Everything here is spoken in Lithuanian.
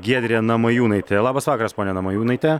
giedrė namajūnaitė labas vakaras ponia namajūnaite